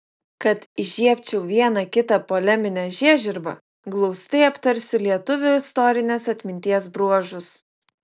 kad įžiebčiau vieną kitą poleminę žiežirbą glaustai aptarsiu lietuvių istorinės atminties bruožus